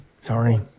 Sorry